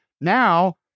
now